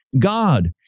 God